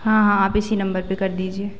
हाँ हाँ आप इसी नंबर पर कर दीजिए